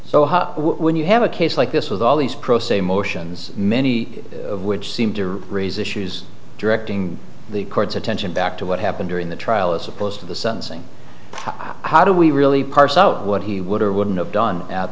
so when you have a case like this with all these pro se motions many of which seem to raise issues directing the court's attention back to what happened during the trial as opposed to the son saying how do we really parse out what he would or wouldn't have done at